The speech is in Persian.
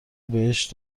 بهش